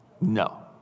No